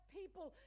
people